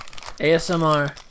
ASMR